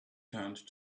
turned